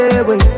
away